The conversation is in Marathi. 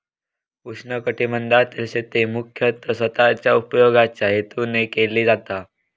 उष्णकटिबंधातील शेती मुख्यतः स्वतःच्या उपयोगाच्या हेतून केली जाता